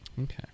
Okay